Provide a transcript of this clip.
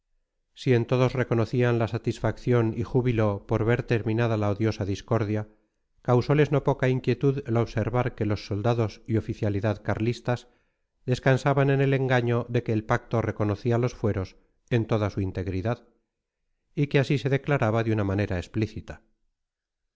en todos reconocían la satisfacción y júbilo por ver terminada la odiosa discordia causoles no poca inquietud el observar que los soldados y oficialidad carlistas descansaban en el engaño de que el pacto reconocía los fueros en toda su integridad y que así se declaraba de una manera explícita